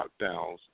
lockdowns